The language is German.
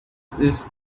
ist